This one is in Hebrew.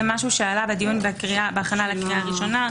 זה עלה בדיון בהכנה לקריאה ראשונה.